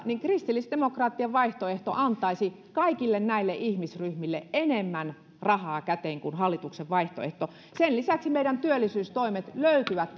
niin kristillisdemokraattien vaihtoehto antaisi kaikille näille ihmisryhmille enemmän rahaa käteen kuin hallituksen vaihtoehto sen lisäksi meidän työllisyystoimemme löytyvät